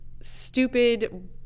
stupid